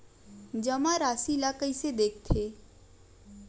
जमा राशि ला कइसे देखथे?